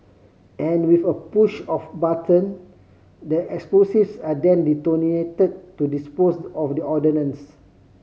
and with a push of button the explosives are then detonated to dispose of the ordnance